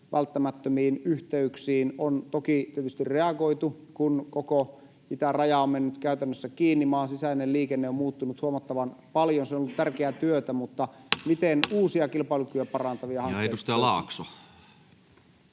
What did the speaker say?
välttämättömiin yhteyksiin on toki tietysti reagoitu, kun koko itäraja on mennyt käytännössä kiinni, maan sisäinen liikenne on muuttunut huomattavan paljon. Se on ollut tärkeää työtä, mutta miten uusia kilpailukykyä parantavia hankkeita